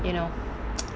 you know